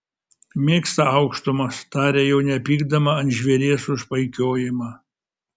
mėgsta aukštumas tarė jau nepykdama ant žvėries už paikiojimą